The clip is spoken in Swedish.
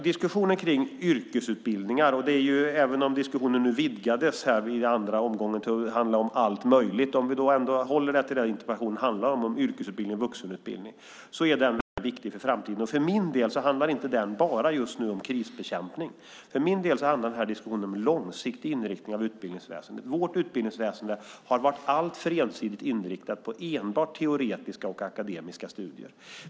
Diskussionen här vidgades i andra omgången till att handla om allt möjligt. Men jag tycker att vi ändå ska hålla oss till det som interpellationen handlar om, nämligen yrkesutbildning och vuxenutbildning som är mycket viktiga för framtiden. För min del handlar det just nu inte bara om krisbekämpning. För min del handlar denna diskussion om en långsiktig inriktning av utbildningsväsendet. Vårt utbildningsväsen har varit alltför ensidigt inriktat på enbart teoretiska och akademiska studier.